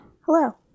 hello